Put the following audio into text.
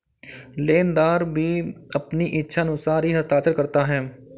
लेनदार भी अपनी इच्छानुसार ही हस्ताक्षर करता है